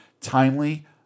timely